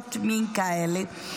עבירות מין כאלה,